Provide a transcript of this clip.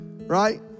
Right